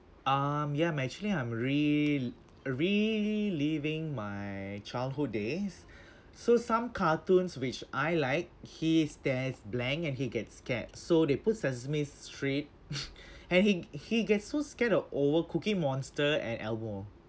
um yeah I'm actually I'm real~ really living my childhood days so some cartoons which I like he stares blank and he gets scared so they put sesame street and he he gets so scared of over cookie monster and elmo